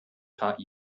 taught